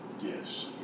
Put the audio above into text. Yes